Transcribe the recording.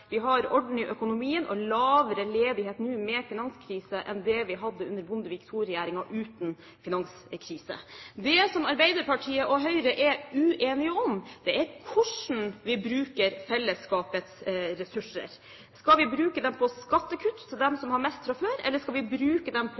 vi har orden i økonomien og lavere ledighet nå, med finanskrise, enn det vi hadde under Bondevik II-regjeringen, uten finanskrise. Det Arbeiderpartiet og Høyre er uenige om, er hvordan vi bruker fellesskapets ressurser. Skal vi bruke dem på skattekutt til dem som har mest fra før, eller skal vi bruke dem på